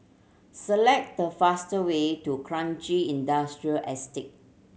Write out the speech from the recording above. select the fastest way to Kranji Industrial Estate